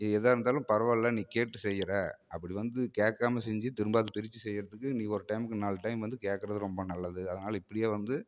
நீ எதாக இருந்தாலும் பரவாயில்ல நீ கேட்டு செய்கிற அப்படி வந்து கேக்காமல் செஞ்சு திரும்ப அதை பிரித்து செய்கிறதுக்கு நீ ஒரு டைமுக்கு நாலு டைம் வந்து கேக்கிறது ரொம்ப நல்லது அதனால இப்படியே வந்து